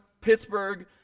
Pittsburgh